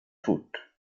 fort